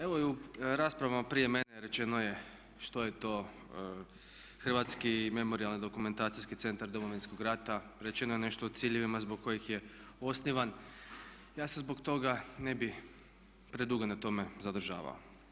Evo i u raspravama prije mene rečeno je što je to Hrvatski memorijalni-dokumentacijski centar Domovinskog rata, rečeno je nešto o ciljevima zbog kojih je osnivan, ja se zbog toga ne bi predugo na tome zadržavao.